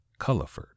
Culliford